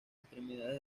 extremidades